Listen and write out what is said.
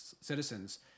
citizens